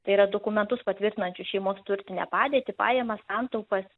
tai yra dokumentus patvirtinančius šeimos turtinę padėtį pajamas santaupas